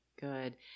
Good